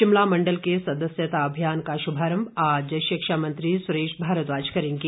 शिमला मंडल के सदस्यता अभियान का शुभारंभ आज शिक्षा मंत्री सुरेश भारद्वाज करेंगे